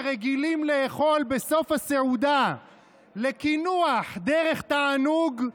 שרגילים לאכול בסוף הסעודה לקינוח דרך תענוג,